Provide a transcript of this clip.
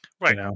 Right